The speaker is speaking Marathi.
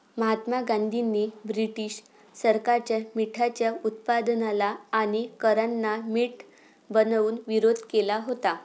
महात्मा गांधींनी ब्रिटीश सरकारच्या मिठाच्या उत्पादनाला आणि करांना मीठ बनवून विरोध केला होता